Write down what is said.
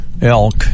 elk